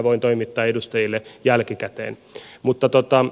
voin toimittaa edustajille jälkikäteen